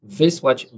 wysłać